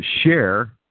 share